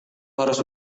harus